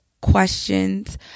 questions